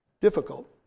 Difficult